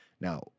Now